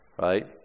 right